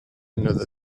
another